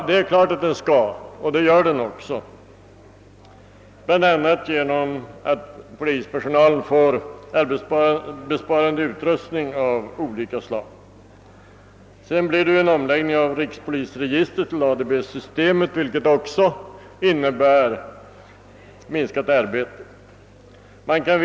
Det är självklart, och det sker också, bl.a. genom att polispersonalen får arbetsbesparande utrustning av olika slag. Det skall ske en omläggning av rikspolisregistret till ADB-systemet, vilket också kommer att innebära minskat arbete för polispersonalen.